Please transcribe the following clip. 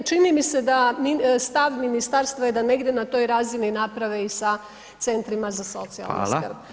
Ne, čini mi se da stav ministarstva je da negdje na toj razini naprave i sa centrima i za socijalnu skrb